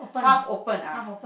half opened ah